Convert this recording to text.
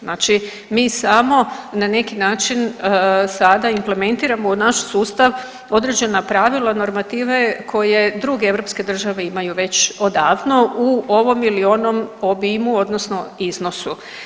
Znači mi samo na neki način sada implementiramo u naš sustav određena pravila, normative koje druge europske države imaju već odavno u ovom ili onom obimu odnosno iznosu.